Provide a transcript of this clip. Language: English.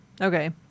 Okay